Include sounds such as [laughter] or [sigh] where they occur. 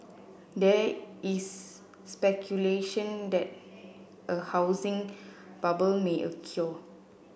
there is speculation that a housing bubble may [unintelligible]